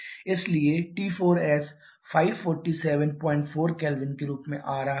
इसलिए T4s 5474 K के रूप में आ रहा है